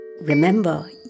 Remember